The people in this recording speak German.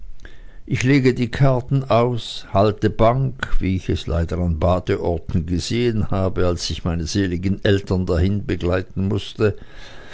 ich lege die karten aus halte bank wie ich es leider an badeorten gesehen habe als ich meine seligen eltern dahin begleiten mußte